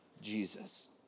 Jesus